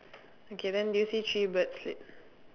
okay then do you see three birds l~